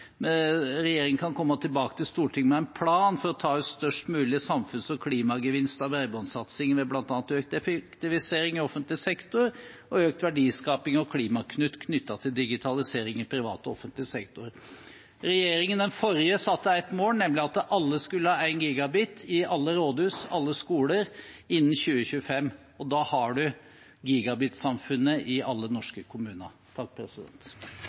komme tilbake til Stortinget med en plan for å ta ut størst mulig samfunns- og klimagevinst av bredbåndssatsingen ved blant annet økt effektivisering i offentlig sektor og økt verdiskapning og klimakutt knyttet til digitalisering i privat og offentlig sektor.» Den forrige regjeringen satte et mål, nemlig at alle skulle ha 1 Gbit i alle rådhus og alle skoler innen 2025. Da har man gigabitsamfunnet i alle norske kommuner.